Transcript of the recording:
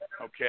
okay